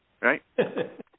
right